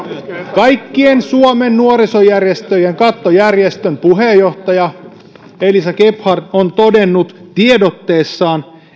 kaikkien suomen nuorisojärjestöjen kattojärjestön puheenjohtaja elisa gebhard on todennut tiedotteessaan